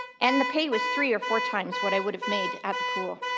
and the pay was three or four times what i would have made at the pool.